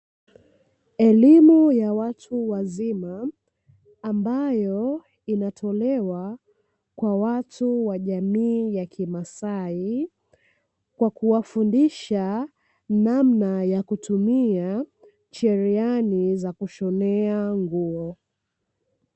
Elimu ya watu wazima, ambayo inatolewa kwa watu wa jamii ya kimasai kwa kuwafundisha namna ya kutumia cherehani za kushonea nguo.